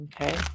okay